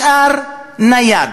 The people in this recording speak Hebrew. השאר נייד.